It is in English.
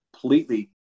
completely